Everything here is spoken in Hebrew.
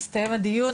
הסתיים הדיון.